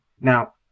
Now